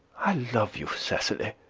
i love you, cecily.